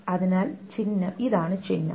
അതിനാൽ ഇതാണ് ചിഹ്നം